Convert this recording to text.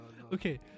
okay